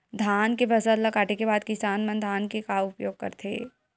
धान के फसल ला काटे के बाद किसान मन धान के का उपयोग करथे?